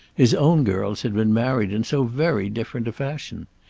his own girls had been married in so very different a fashion!